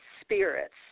spirits